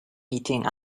eating